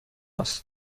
است